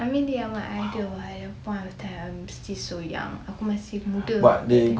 I mean they are my idol what at that point of time I'm still so young aku masih muda